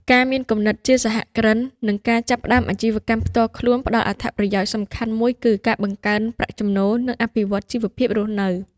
ការមានគំនិតជាសហគ្រិន និងការចាប់ផ្តើមអាជីវកម្មផ្ទាល់ខ្លួនផ្តល់អត្ថប្រយោជន៍ដ៏សំខាន់មួយគឺ ការបង្កើនប្រាក់ចំណូល និងអភិវឌ្ឍន៍ជីវភាពរស់នៅ។